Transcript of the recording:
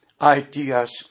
ideas